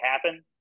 happen